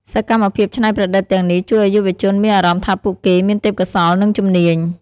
សកម្មភាពច្នៃប្រឌិតទាំងនេះជួយឱ្យយុវជនមានអារម្មណ៍ថាពួកគេមានទេពកោសល្យ និងជំនាញ។